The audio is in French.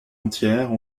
entières